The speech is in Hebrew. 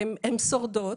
הן שורדות.